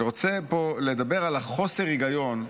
אני רוצה לדבר פה על חוסר ההיגיון,